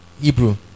Hebrew